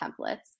templates